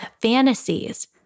fantasies